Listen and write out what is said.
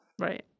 right